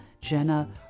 Jenna